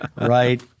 Right